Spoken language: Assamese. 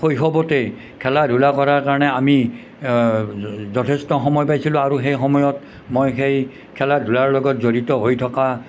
শৈশৱতেই খেলা ধূলাৰ কৰাৰ কাৰণে আমি যথেষ্ট সময় পাইছিলোঁ আৰু সেই সময়ত মই সেই খেলা ধূলাৰ লগত জড়িত হৈ থকা